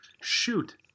shoot